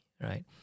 right